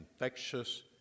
infectious